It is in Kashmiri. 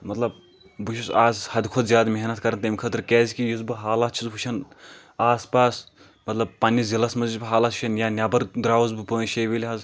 مَطلب بہٕ چُھس اَز حَدٕ کھۄتہٕ زیادٕ محنَت کَران تَمہِ خٲطرٕ کیازِکِہ یُس بہٕ حالات چھُس وٕچھان آس پاس مَطلب پنٛنِس ضِلعَس منٛز یُس بہٕ حالات چھُس وچھان یا نٮ۪بَر درٛاوُس بہٕ پانٛژھ شَے وِلہِ حظ